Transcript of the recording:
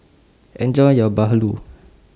Enjoy your Bahulu